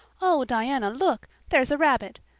oh, diana, look, there's a rabbit.